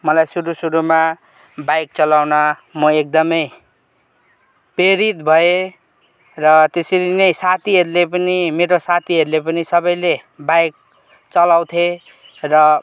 मलाई सुरु सुरुमा बाइक चलाउन म एकदमै प्रेरित भएँ र त्यसरी नै साथीहरूले पनि मेरो साथीहरूले पनि सबैले बाइक चलाउथे र